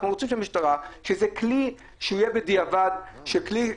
אנחנו רוצים שזה יהיה כלי בדיעבד של המשטרה,